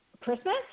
Christmas